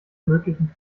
möglichen